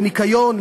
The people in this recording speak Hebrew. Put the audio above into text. לניקיון,